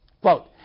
quote